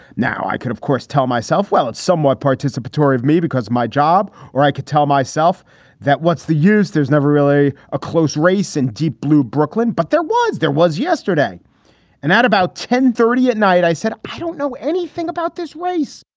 now, i could, of course, tell myself, well, it's somewhat participatory of me because my job or i could tell myself that what's the use? there's never really a close race in deep blue brooklyn, but there was there was yesterday and at about ten, thirty at night, i said, i don't know anything about this race.